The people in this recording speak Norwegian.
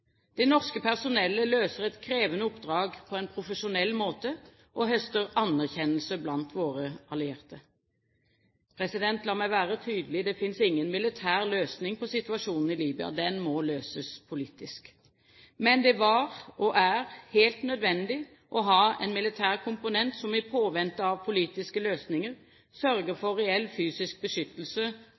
Det norske personellet løser et krevende oppdrag på en profesjonell måte, og høster anerkjennelse blant våre allierte. La meg være tydelig: Det finnes ingen militær løsning på situasjonen i Libya – den må løses politisk. Men det var og er helt nødvendig å ha en militær komponent som i påvente av politiske løsninger sørger for reell fysisk beskyttelse